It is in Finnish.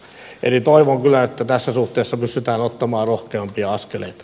eli toivon kyllä että tässä suhteessa pystytään ottamaan rohkeampia askeleita